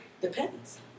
depends